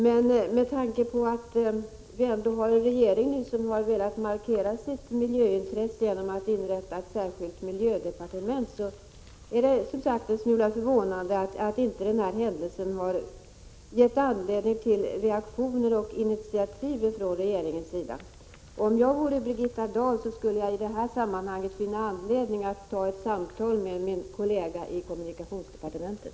Men med tanke på att vi nu ändå har en regering som har velat markera sitt miljöintresse genom att inrätta ett särskilt miljödepartement är det, som sagt, en smula förvånande att den här händelsen inte har gett anledning till reaktioner och initiativ från regeringens sida. Om jag vore Birgitta Dahl, skulle jag i detta sammanhang finna mig föranledd att ha ett samtal med kollegan i kommunikationsdepartementet.